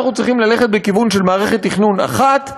אנחנו צריכים ללכת בכיוון של מערכת תכנון אחת,